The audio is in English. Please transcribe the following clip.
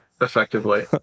effectively